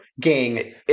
gang